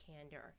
candor